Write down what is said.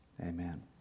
Amen